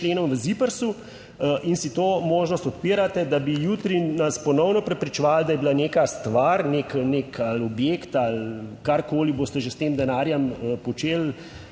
členom v ZIPRS in si to možnost odpirate, da bi jutri nas ponovno prepričevalo, da je bila neka stvar, nek, nek objekt ali karkoli boste že s tem denarjem počeli,